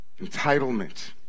entitlement